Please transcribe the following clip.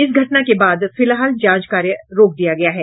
इस घटना के बाद फिलहाल जांच कार्य को रोक दिया गया है